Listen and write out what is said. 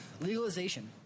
legalization